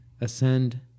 ascend